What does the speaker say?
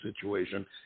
situation